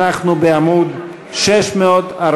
אנחנו בעמוד 645,